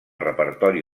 repertori